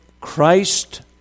Christ